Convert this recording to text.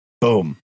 Boom